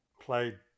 played